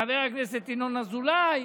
חבר הכנסת ינון אזולאי.